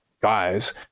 guys